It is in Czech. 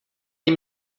jim